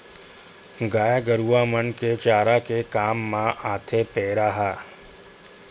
गाय गरुवा मन के चारा के काम म आथे पेरा ह